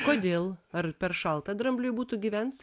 kodėl ar per šalta drambliui būtų gyvent